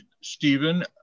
Stephen